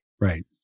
Right